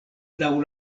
laŭ